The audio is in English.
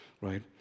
right